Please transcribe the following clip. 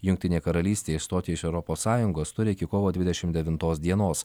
jungtinė karalystė išstoti iš europos sąjungos turi iki kovo dvidešimt devintos dienos